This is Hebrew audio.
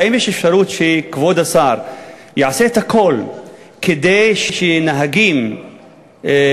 האם יש אפשרות שכבוד השר יעשה את הכול כדי שנהגים יוכלו